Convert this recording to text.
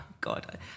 God